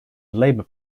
labour